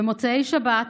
במוצאי שבת,